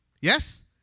Yes